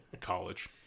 College